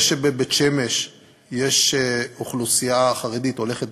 זה שבבית-שמש יש אוכלוסייה חרדית הולכת